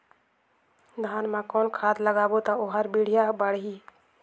धान मा कौन खाद लगाबो ता ओहार बेडिया बाणही?